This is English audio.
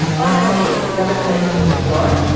fundamentally, it's another place to explore,